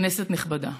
כנסת נכבדה,